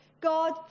God